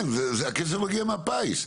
כן, הכסף מגיע מהפיס.